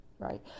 Right